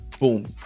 boom